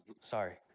sorry